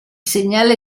segnale